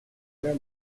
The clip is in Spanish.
era